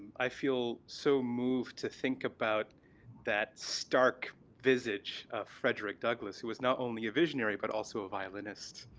i feel so moved to think about that stark visage, of frederick douglas who was not only a visionary, but also a violinist,